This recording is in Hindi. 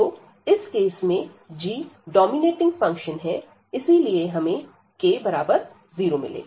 तो इस केस में g डोमिनेटिंग फंक्शन है इसीलिए हमें k0 मिलेगा